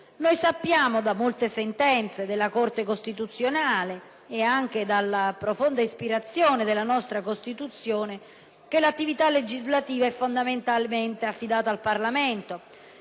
Sappiamo da molte sentenze della Corte costituzionale ed anche dalla profonda ispirazione della nostra Costituzione che l'attività legislativa è fondamentalmente affidata al Parlamento;